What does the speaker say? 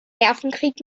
nervenkrieg